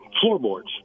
floorboards